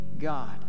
God